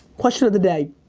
question of the day,